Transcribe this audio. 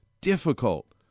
difficult